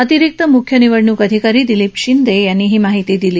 अतिरिक्त म्ख्य निवडण्क अधिकारी दिलीप शिंदे यांनी ही माहिती दिली